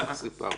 כך סיפרת.